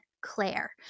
claire